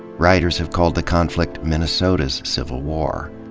riters have called the conflict minnesota's civil war.